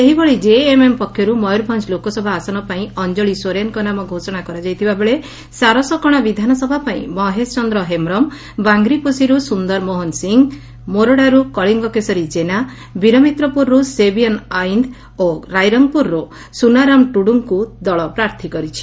ସେହିଭଳି ଜେଏମ୍ଏମ୍ ପକ୍ଷରୁ ମୟରଭଞ୍ ଲୋକସଭା ଆସନ ପାଇଁ ଅଞ୍ଞଳି ସୋରେନଙ୍କ ନାମ ଘୋଷଣା କରାଯାଇଥିଲାବେଳେ ସାରସକଣା ବିଧାନସଭା ପାଇଁ ମହେଶ ଚନ୍ଦ୍ର ହେମ୍ରମ ବାଙ୍ଗିରିପୋଷୀରୁ ସୁନ୍ଦରମୋହନ ସିଂ ମୋରଡାରୁ କଳିଙ୍ କେଶରୀ ଜେନା ବୀରମିତ୍ରପୁରରୁ ସେବିୟନ୍ ଆଇନ୍ଦ ଓ ରାଇରଙ୍ଗପୁରରୁ ସୁନାରାମ ଟୁଡୁଙ୍କୁ ଦଳ ପ୍ରାର୍ଥୀ କରିଛି